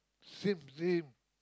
same same